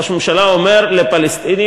ראש הממשלה אומר לפלסטינים,